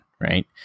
right